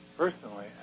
personally